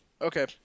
Okay